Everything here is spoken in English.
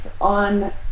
on